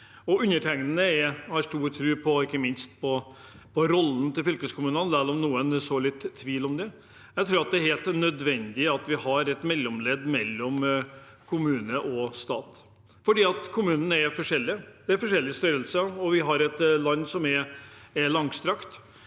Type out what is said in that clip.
Undertegnede har stor tro på rollen til fylkeskommunene, selv om noen sår litt tvil om det. Jeg tror det er helt nødvendig at vi har et mellomledd mellom kommune og stat, for kommunene er forskjellige, det er forskjellige størrelser, og vi har et land som er langstrakt.